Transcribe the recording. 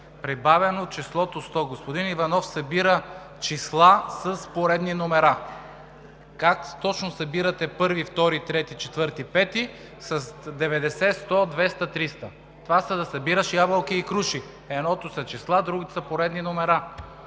Прибавено числото 100. Господин Иванов събира числа с поредни номера. Как точно събирате първи, втори, трети, четвърти, пети с 90, 100, 200, 30? Това са да събираш ябълки и круши. Едното са числа, другото са поредни номера.